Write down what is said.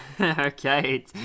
Okay